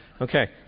Okay